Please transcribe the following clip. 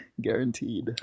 guaranteed